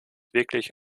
wirklich